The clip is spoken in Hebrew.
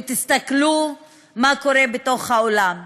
ותסתכלו מה קורה בתוך האולם.